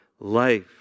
Life